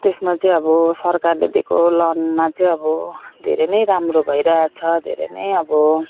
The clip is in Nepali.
त्यसमा चाहिँ अब सरकारले दिएको लोनमा चाहिँ अब धेरै नै राम्रो भइरहेछ धेरै नै अब